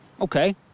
Okay